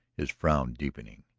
his frown deepening.